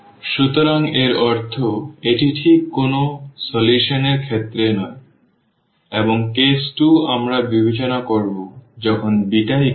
সুতরাং এর অর্থ এটি ঠিক কোনও সমাধান এর ক্ষেত্রে নয় এবং কেস 2 আমরা বিবেচনা করব যখন β 1